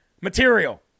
material